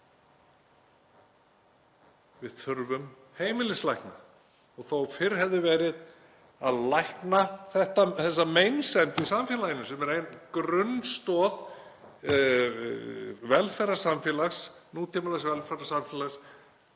Við þurfum heimilislækna, og þó fyrr hefði verið, til að lækna þessa meinsemd í samfélaginu. Það er grunnstoð velferðarsamfélags, nútímalegs velferðarsamfélags,